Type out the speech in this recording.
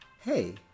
Hey